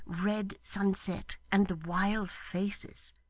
red sunset, and the wild faces.